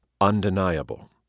undeniable